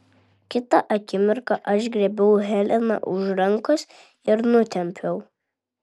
kitą akimirką aš griebiau heleną už rankos ir nutempiau